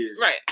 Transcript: Right